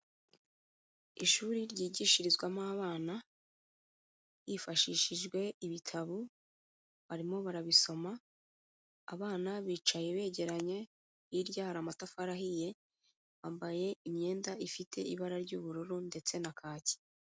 Ishuri ryigishirizwamo abana, hifashishijwe ibitabo, barimo barabisoma, abana bicaye begeranye, hirya hari amatafari ahiye, bambaye imyenda ifite ibara ry'ubururu ndetse na kaki.